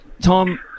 Tom